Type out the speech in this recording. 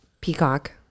Peacock